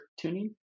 tuning